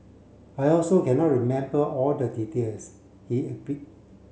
I also cannot remember all the details he